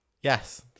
Yes